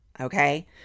Okay